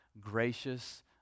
gracious